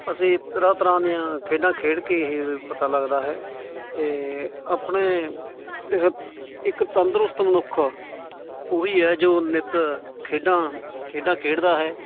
ਅਸੀਂ ਤਰ੍ਹਾਂ ਤਰ੍ਹਾਂ ਦੀਆਂ ਖੇਡਾਂ ਖੇਡ ਕੇ ਹੀ ਪਤਾ ਲੱਗਦਾ ਹੈ ਅਤੇ ਆਪਣੇ ਇੱਕ ਤੰਦਰੁਸਤ ਮਨੁੱਖ ਉਹੀ ਹੈ ਜੋ ਨਿੱਤ ਖੇਡਾਂ ਖੇਡਾਂ ਖੇਡਦਾ ਹੈ